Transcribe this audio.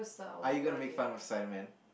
are you going to make fun of Simon